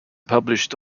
published